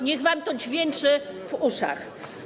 Niech wam to dźwięczy w uszach.